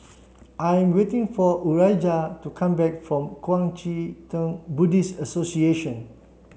I'm waiting for Urijah to come back from Kuang Chee Tng Buddhist Association